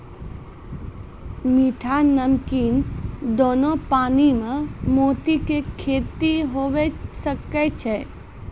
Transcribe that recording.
मीठा, नमकीन दोनो पानी में मोती के खेती हुवे सकै छै